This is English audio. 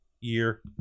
year